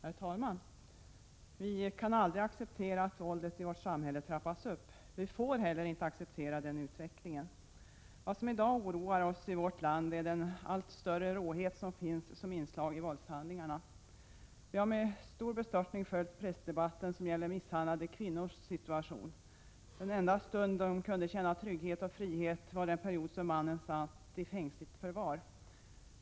Herr talman! Vi kan aldrig acceptera att våldet i vårt samhälle trappas upp. Vi får heller inte acceptera den utvecklingen. Vad som i dag oroar oss i vårt land är den allt större råhet som finns som inslag i våldshandlingarna. Vi har med stor bestörtning följt pressdebatten om misshandlade kvinnors situation. Den enda period de kunde känna trygghet och frihet var då mannen satt i fängsligt förvar.